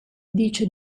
dice